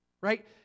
right